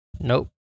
Nope